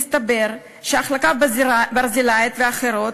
מסתבר שהחלקה ברזילאית ואחרות,